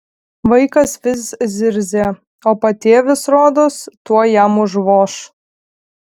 vaikas vis zirzė o patėvis rodos tuoj jam užvoš